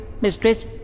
mistress